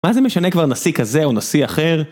מה זה משנה כבר נשיא כזה או נשיא אחר?